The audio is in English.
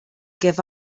give